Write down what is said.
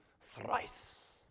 thrice